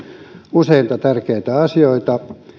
useita tärkeitä asioita